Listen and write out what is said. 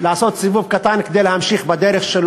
לעשות סיבוב קטן ולהמשיך בדרכו.